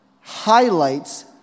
highlights